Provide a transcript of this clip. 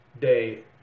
day